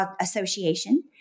association